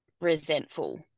resentful